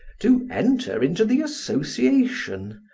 to enter into the association,